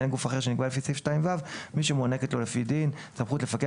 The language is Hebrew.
גוף אחר שנקבע לפי סעיף 2(ו) מי שמוענקת לו לפי דין סמכות לפקח